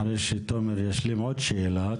אחרי שתומר ישלים עוד שאלה,